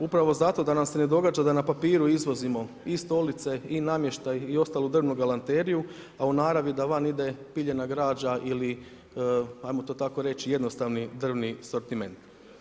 Upravo zato da nam se ne događa da na papiru izvozimo i stolice i namještaj i ostalu drvnu galanteriju, a u naravi da van ide piljena građa ili hajmo to tako reći jednostavni drvni asortiment.